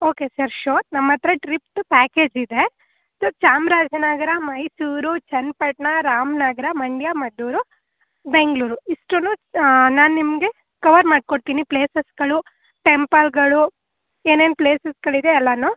okay sir sure ನಮ್ಮ ಹತ್ರ ಟ್ರಿಪ್ದು ಪ್ಯಾಕೇಜ್ ಇದೆ ಸರ್ ಚಾಮರಾಜನಗರ ಮೈಸೂರು ಚನ್ನಪಟ್ನ ರಾಮನಗ್ರ ಮಂಡ್ಯ ಮದ್ದೂರು ಬೆಂಗಳೂರು ಇಷ್ಟುನು ನಾನು ನಿಮಗೆ ಕವರ್ ಮಾಡಿಕೊಡ್ತೀನಿ ಪ್ಲೇಸಸ್ಗಳು ಟೆಂಪಲ್ಗಳು ಏನೇನು ಪ್ಲೇಸಸ್ಗಳಿದೆ ಎಲ್ಲಾನು